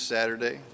Saturday